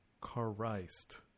Christ